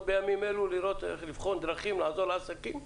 בימים אלה לבחון דרכים לעזור לעסקים?